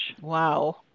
Wow